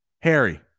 harry